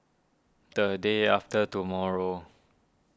the day after tomorrow